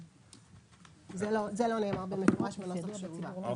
זה לא נאמר במפורש בנוסח שהובא.